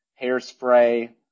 hairspray